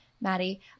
maddie